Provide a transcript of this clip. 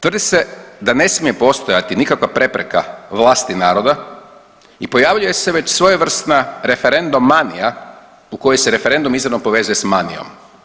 Tvrdi se da ne smije postojati nikakva prepreka vlasti naroda i pojavljuje se već svojevrsna referendomanija u kojoj se referendum izravno povezuje s manijom.